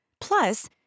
Plus